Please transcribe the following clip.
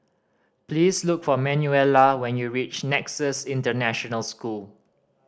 please look for Manuela when you reach Nexus International School